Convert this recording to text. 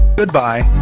goodbye